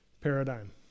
paradigm